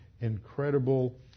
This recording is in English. incredible